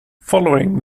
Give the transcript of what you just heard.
following